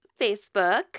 Facebook